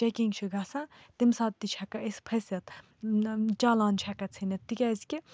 checking چھِ گَژھان تمہِ ساتہٕ تہِ چھِ ہٮ۪کان أسۍ پھٔسِتھ چالان چھِ ہٮ۪کان ژھٚنِتھ تِکیٛازِکہِ